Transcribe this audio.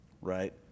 right